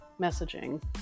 messaging